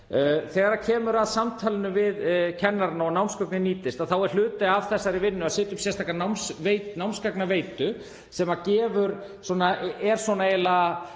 Þegar kemur að samtalinu við kennarana og að námsgögnin nýtist er hluti af þessari vinnu að setja upp sérstaka námsgagnaveitu sem er eiginlega